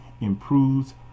improves